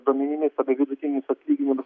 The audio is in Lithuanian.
duomenimis vidutinis atlyginimas